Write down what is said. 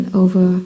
over